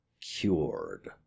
cured